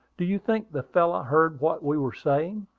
do you think the fellow heard what we were saying?